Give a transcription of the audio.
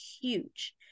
huge